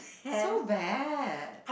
so bad